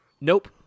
Nope